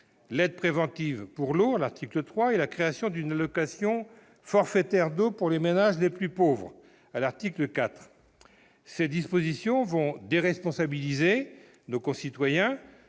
l'aide préventive pour l'eau, à l'article 3, et la création d'une allocation forfaitaire d'eau pour les ménages les plus pauvres, à l'article 4. Ces dispositions vont déresponsabiliser nos concitoyens.